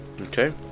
Okay